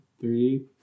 three